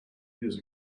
years